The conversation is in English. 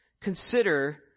consider